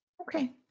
Okay